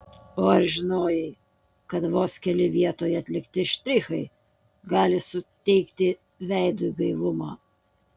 o ar žinojai kad vos keli vietoje atlikti štrichai gali suteikti veidui gaivumo